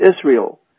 Israel